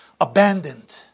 abandoned